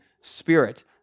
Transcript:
spirit